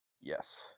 Yes